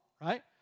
right